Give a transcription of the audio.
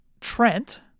Trent